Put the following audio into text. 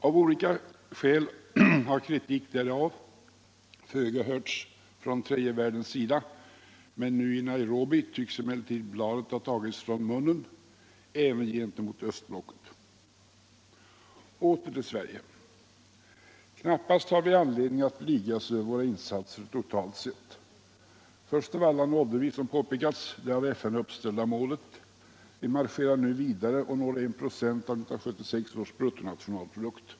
Av olika skäl har kritik mot detta föga hörts från tredje världens sida, men nu i Nairobi tycks bladet ha tagits från munnen även gentemot östblocket. Åter till Sverige. Knappast har vi anledning att blygas över våra insatser totalt sett. Först av alla nådde vi, som påpekats, det av FN uppställda målet. Vi marscherar nu vidare och når en procent av 1976 års bruttonationalprodukt.